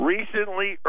Recently